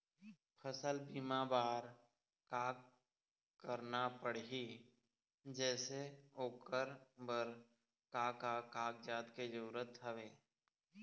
फसल बीमा बार का करना पड़ही जैसे ओकर बर का का कागजात के जरूरत हवे?